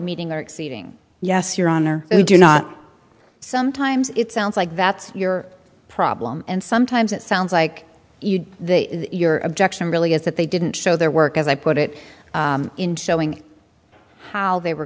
meeting or exceeding yes your honor you do not sometimes it sounds like that's your problem and sometimes it sounds like you did your objection really is that they didn't show their work as i put it in showing how they were